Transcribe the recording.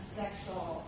sexual